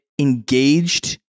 engaged